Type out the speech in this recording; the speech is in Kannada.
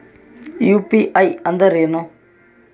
ಯು.ಪಿ.ಐ ಅಂದ್ರೇನು?